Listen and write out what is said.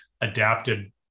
adapted